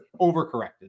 overcorrected